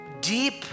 deep